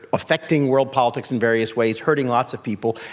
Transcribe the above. affecting world politics in various ways, hurting lots of people.